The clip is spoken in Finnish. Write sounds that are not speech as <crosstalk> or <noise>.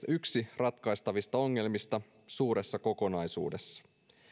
<unintelligible> yksi ratkaistavista ongelmista suuressa kokonaisuudessa